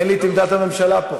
אין לי עמדת הממשלה פה,